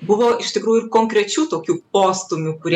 buvo iš tikrųjų ir konkrečių tokių postūmių kurie